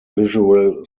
visual